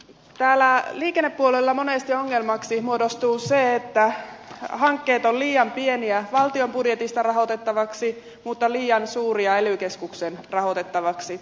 täällä liikennepuolella monesti ongelmaksi muodostuu se että hankkeet ovat liian pieniä valtion budjetista rahoitettavaksi mutta liian suuria ely keskuksen rahoitettavaksi